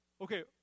Okay